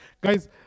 guys